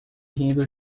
rindo